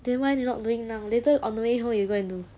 then why you not doing now later on the way home you go and do